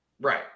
Right